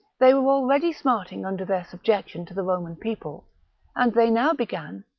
they were already smart ing under their subjection to the roman people and they now began,